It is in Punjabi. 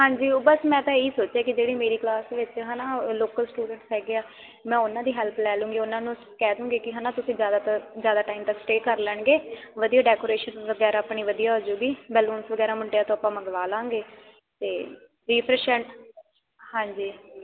ਹਾਂਜੀ ਉਹ ਬਸ ਮੈਂ ਤਾਂ ਇਹੀ ਸੋਚਿਆ ਕਿ ਜਿਹੜੀ ਮੇਰੀ ਕਲਾਸ ਵਿੱਚ ਹੈ ਨਾ ਲੋਕਲ ਸਟੂਡੈਂਟਸ ਹੈਗੇ ਆ ਮੈਂ ਉਹਨਾਂ ਦੀ ਹੈਲਪ ਲੈ ਲੂੰਗੀ ਉਹਨਾਂ ਨੂੰ ਕਹਿ ਦੂੰਗੀ ਕਿ ਹੈ ਨਾ ਤੁਸੀਂ ਜ਼ਿਆਦਾਤ ਜ਼ਿਆਦਾ ਟਾਈਮ ਤੱਕ ਸਟੇ ਕਰ ਲੈਣਗੇ ਵਧੀਆ ਡੈਕੋਰੇਸ਼ਨ ਵਗੈਰਾ ਆਪਣੀ ਵਧੀਆ ਹੋ ਜਾਊਗੀ ਬੈਲੂਨਸ ਵਗੈਰਾ ਮੁੰਡਿਆਂ ਤੋਂ ਆਪਾਂ ਮੰਗਵਾ ਲਵਾਂਗੇ ਅਤੇ ਹਾਂਜੀ